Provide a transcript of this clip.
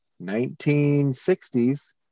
1960s